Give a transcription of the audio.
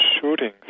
shooting